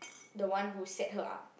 the one who set her up